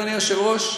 אדוני היושב-ראש,